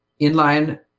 inline